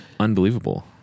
unbelievable